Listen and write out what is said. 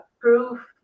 proof